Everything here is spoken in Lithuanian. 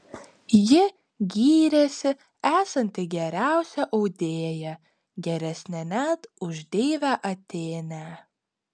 ji gyrėsi esanti geriausia audėja geresnė net už deivę atėnę